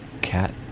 cat